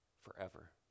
forever